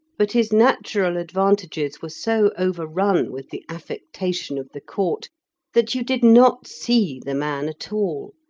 but his natural advantages were so over-run with the affectation of the court that you did not see the man at all,